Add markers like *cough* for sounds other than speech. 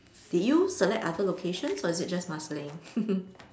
did you select other locations or is it just Marsiling *laughs*